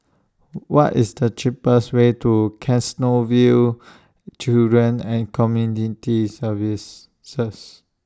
What IS The cheapest Way to Canossaville Children and Community Service